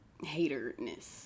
haterness